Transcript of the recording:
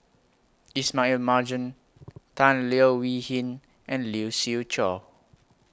Ismail Marjan Tan Leo Wee Hin and Lee Siew Choh